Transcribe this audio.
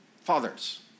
Fathers